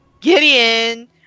Gideon